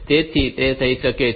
તેથી તે થઈ શકે છે